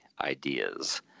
ideas